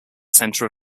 center